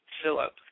Philip